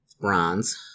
Bronze